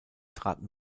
traten